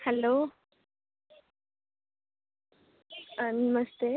hello नमस्ते